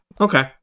Okay